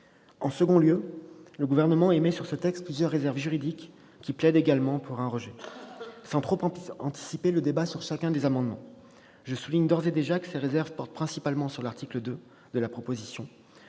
En second lieu, le Gouvernement émet sur ce texte plusieurs réserves d'ordre juridique qui plaident également pour un rejet. Sans trop anticiper le débat sur chacun des amendements, je soulignerai d'ores et déjà que ces réserves portent principalement sur l'article 2 de la proposition